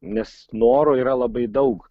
nes noro yra labai daug